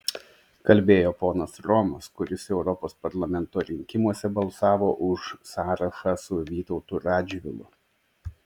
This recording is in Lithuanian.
kalbėjo ponas romas kuris europos parlamento rinkimuose balsavo už sąrašą su vytautu radžvilu